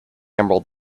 emerald